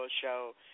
Show